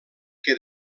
que